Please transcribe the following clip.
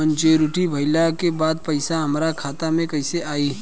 Maturity भईला के बाद पईसा हमरे खाता में कइसे आई?